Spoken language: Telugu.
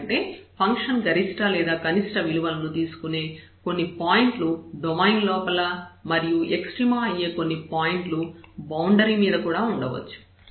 ఎందుకంటే ఫంక్షన్ గరిష్ట లేదా కనిష్ట విలువను తీసుకునే కొన్ని పాయింట్లు డొమైన్ లోపల మరియు ఎక్స్ట్రీమ అయ్యే కొన్ని పాయింట్లు బౌండరీల మీద కూడా ఉండవచ్చు